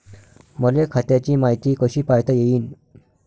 मले खात्याची मायती कशी पायता येईन?